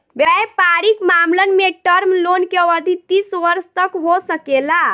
वयपारिक मामलन में टर्म लोन के अवधि तीस वर्ष तक हो सकेला